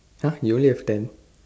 !huh! you only have ten